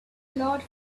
lot